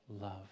love